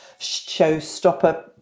showstopper